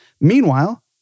Meanwhile